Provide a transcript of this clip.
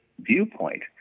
viewpoint